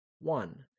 One